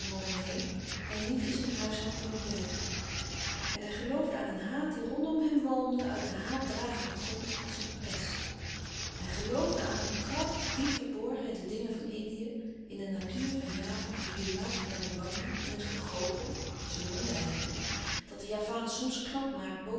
hij niet in zijn huis had kunnen blijven en hij geloofde aan een haat die rondom hem walmde uit den haatdragenden grond als een pest hij geloofde aan een kracht diep verborgen in de dingen van indië in de natuur van java het klimaat van laboewangi in het gegoochel zoo noemde hij het nog dat de javaan soms knap maakt